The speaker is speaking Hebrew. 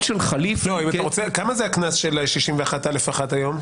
של --- כמה זה הקנס של 61א(1) היום?